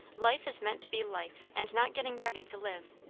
life is meant to be life, and not getting ready to live.